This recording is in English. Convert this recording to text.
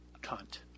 cunt